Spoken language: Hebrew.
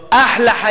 ואחלה חיים.